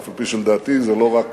אף-על-פי שלדעתי זה לא רק